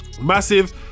massive